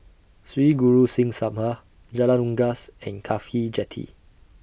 Sri Guru Singh Sabha Jalan Unggas and Cafhi Jetty